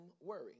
worry